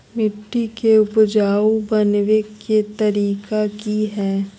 मिट्टी के उपजाऊ बनबे के तरिका की हेय?